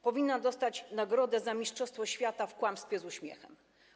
Powinna dostać nagrodę za mistrzostwo świata w kłamstwie z uśmiechem.